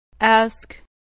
Ask